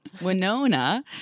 Winona